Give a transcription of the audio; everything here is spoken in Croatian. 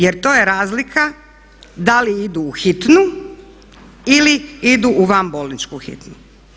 Jer to je razlika da li idu u hitnu ili idu u vanbolničku hitnu.